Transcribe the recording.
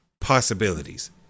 possibilities